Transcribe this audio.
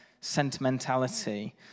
sentimentality